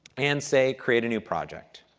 and say create a new project.